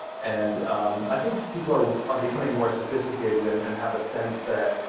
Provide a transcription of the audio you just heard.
and i think people are are becoming more sophisticated and and have a sense that,